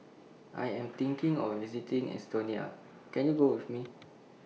I Am thinking of visiting Estonia Can YOU Go with Me